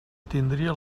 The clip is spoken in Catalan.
tindria